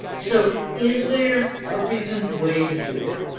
so, is there a reasoned way to do it